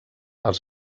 els